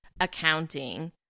accounting